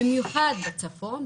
במיוחד בצפון,